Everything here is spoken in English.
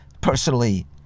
personally